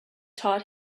taught